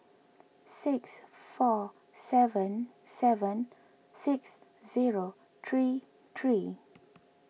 six four seven seven six zero three three